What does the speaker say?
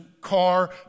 car